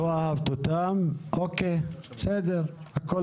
לא אהבת אותם, בסדר, הכול